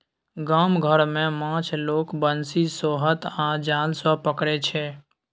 गाम घर मे माछ लोक बंशी, सोहथ आ जाल सँ पकरै छै